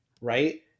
right